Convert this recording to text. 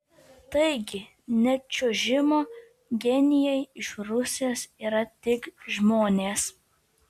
taigi net čiuožimo genijai iš rusijos yra tik žmonės